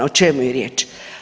O čemu je riječ?